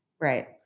right